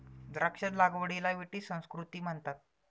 द्राक्ष लागवडीला विटी संस्कृती म्हणतात